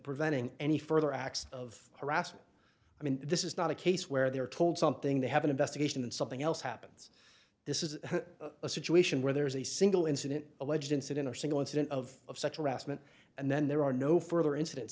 preventing any further acts of harassment i mean this is not a case where they were told something they have an investigation and something else happens this is a situation where there is a single incident alleged incident or single incident of such rassmann and then there are no further inciden